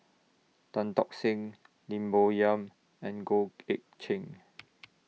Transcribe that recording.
Tan Tock Seng Lim Bo Yam and Goh Eck Kheng